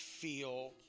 feel